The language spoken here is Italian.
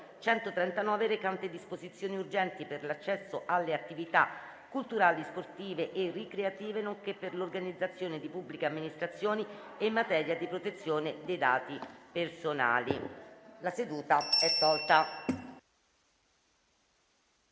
139, recante disposizioni urgenti per l'accesso alle attività culturali, sportive e ricreative, nonché per l'organizzazione di pubbliche amministrazioni e in materia di protezione dei dati personali. Invito il